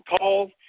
calls